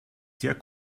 sehr